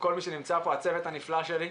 כל מי שנמצא פה, הצוות הנפלא שלי.